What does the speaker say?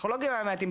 הפסיכולוגים המעטים,